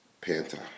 Panta